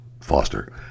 Foster